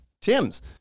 Tim's